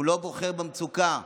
הוא לא בוחר במצוקה,